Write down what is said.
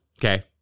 Okay